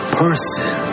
person